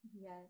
Yes